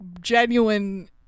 genuine